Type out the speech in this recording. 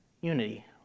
unity